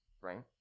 right